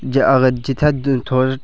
अगर जित्थै थ